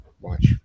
watch